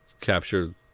capture